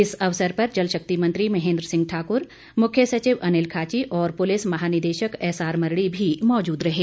इस अवसर पर जल शक्ति मंत्री महेन्द्र सिंह ठाकुर मुख्य सचिव अनिल खाची और पुलिस महानिदेशक एसआर मरड़ी भी मौजूद थे